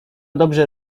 dobrze